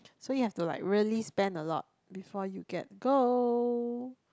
so you have to like really spend a lot before you get gold